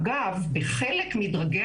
אגב, בחלק מדרגי